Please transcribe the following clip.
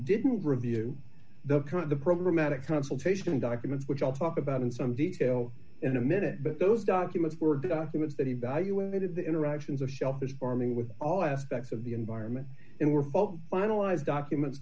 didn't review the the programatic consultation documents which i'll talk about in some detail in a minute but those documents were documents that evaluated the interactions of shellfish farming with all aspects of the environment and were both finalized documents